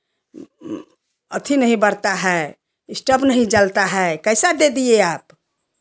अथि नहीं बरता है इस्टॉप नहीं जलता है कैसा दे दिए आप